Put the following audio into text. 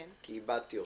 כי איבדתי אותך.